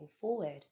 forward